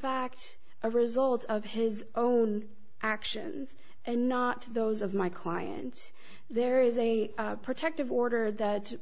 fact a result of his own actions and not those of my client there is a protective order that